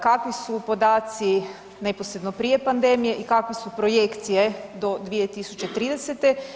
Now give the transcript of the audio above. Kakvi su podaci neposredno prije pandemije i kakve su projekcije do 2030.